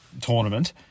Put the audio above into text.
tournament